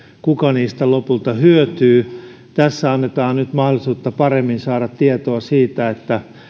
kuka niistä lopulta hyötyy tässä annetaan nyt mahdollisuutta paremmin saada tietoa siitä